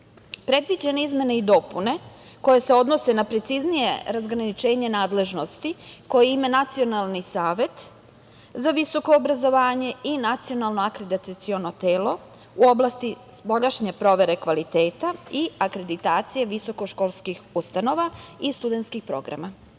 Evropi. Predviđene izmene i dopune koje se odnose na preciznije razgraničenje nadležnosti koje ima Nacionalni savet za visoko obrazovanje i Nacionalno akreditaciono telo u oblasti provere kvaliteta i akreditacije visokoškolskih ustanova i studentskih programa. Ovo